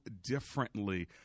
differently